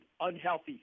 unhealthy